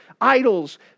idols